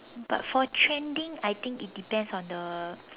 but for trending I think it depends on the